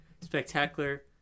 spectacular